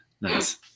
nice